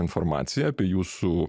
informaciją apie jūsų